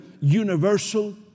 universal